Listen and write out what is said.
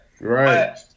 right